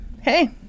hey